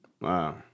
Wow